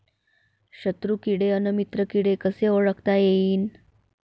शत्रु किडे अन मित्र किडे कसे ओळखता येईन?